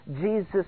Jesus